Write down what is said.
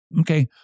Okay